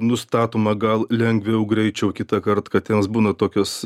nustatoma gal lengviau greičiau kitąkart kad jos būna tokios